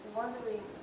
wondering